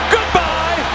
Goodbye